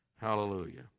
Hallelujah